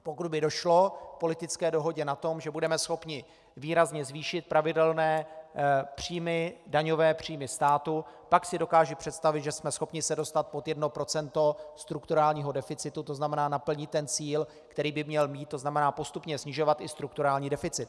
Pokud by došlo k politické dohodě na tom, že budeme schopni výrazně zvýšit pravidelné daňové příjmy státu, pak si dokážu představit, že jsme schopni se dostat pod jedno procento strukturálního deficitu, to znamená naplnit ten cíl, který by měl mít, to znamená postupně snižovat i strukturální deficit.